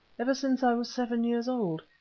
ever since i was seven years old.